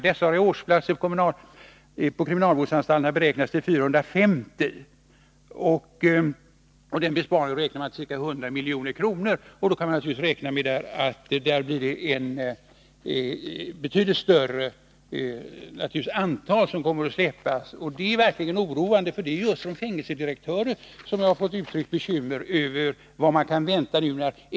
Dessa har i årsplatser på kriminalvårdsanstalterna beräknats till 450.” Man beräknar här kunna göra en besparing på ca 100 milj.kr., men som jag sade kan man räkna med att det blir ett betydligt större antal fångar som kommer att släppas fria. Detta är verkligen oroande. Det är just fängelsedirektörer som har sagt mig att de är bekymrade över vad man kan vänta sig efter den 1 juli.